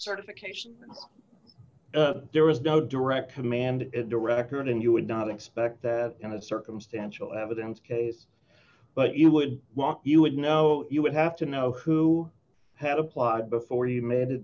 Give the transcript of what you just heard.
certification there was no direct command director and you would not expect that in a circumstantial evidence case but you would want you would know you would have to know who had applied before you made a